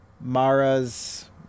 Mara's